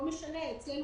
לא משנה מה אצלנו,